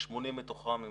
80 מתוכם הם